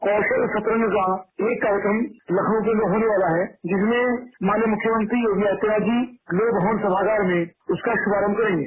कौशल सतरंग का एक कार्यक्रम लखनऊ में जो होने वाला है जिसमें माननीय मुख्यमंत्री योगी आदित्यनाथ जी लोकभवन सभागार में उसका शुभारम्भ करेंगे